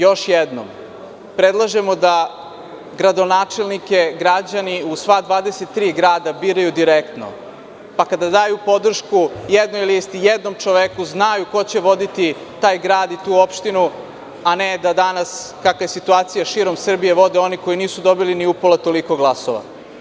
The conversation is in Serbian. Još jednom, predlažemo da gradonačelnike građani u sva 23 grada biraju direktno, pa kada daju podršku jednoj listi, jednom čoveku, znaju ko će voditi taj grad i tu opštinu, a ne da danas, kakva je situacija širom Srbije, vode oni koji nisu dobili ni upola toliko glasova.